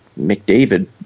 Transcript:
McDavid